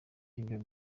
ibyo